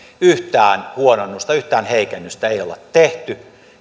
yhtään huononnusta yhtään heikennystä ei olla tehty